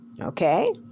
Okay